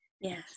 Yes